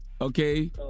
okay